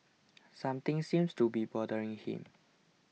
something seems to be bothering him